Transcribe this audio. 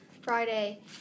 Friday